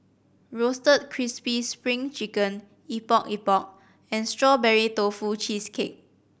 Roasted Crispy Spring Chicken Epok Epok and Strawberry Tofu Cheesecake